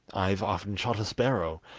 i've often shot a sparrow,